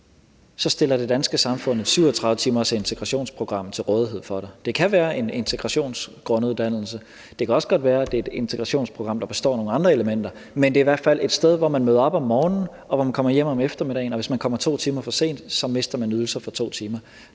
stiller det danske samfund et 37-timers integrationsprogram til rådighed for dig. Det kan være en integrationsgrunduddannelse, og det kan også godt være, at det er et integrationsprogram, der består af nogle andre elementer, men det er i hvert fald et sted, hvor man møder op om morgenen, og hvor man kommer hjem om eftermiddagen, og hvis man kommer 2 timer for sent, mister man ydelser for 2 timer.